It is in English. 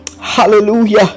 Hallelujah